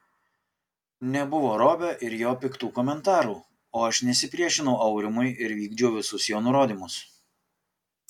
nebuvo robio ir jo piktų komentarų o aš nesipriešinau aurimui ir vykdžiau visus jo nurodymus